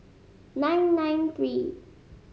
nine nine three